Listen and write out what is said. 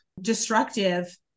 destructive